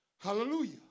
Hallelujah